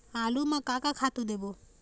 आलू म का का खातू देबो?